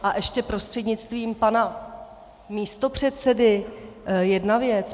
A ještě prostřednictvím pana místopředsedy jedna věc.